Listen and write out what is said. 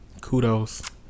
Kudos